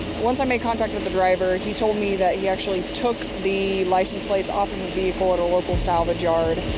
once i made contact with the driver, he told me that he actually took the license plates off in the vehicle at a local salvage yard.